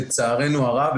לצערנו הרב,